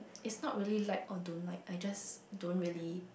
is not really like or don't like I just don't really